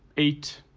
eight.